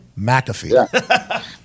McAfee